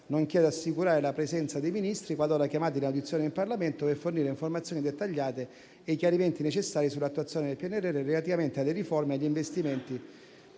nonché ad assicurare la presenza dei Ministri, qualora chiamati in audizione in Parlamento, per fornire informazioni dettagliate e i chiarimenti necessari sull'attuazione del PNRR relativamente alle riforme e agli investimenti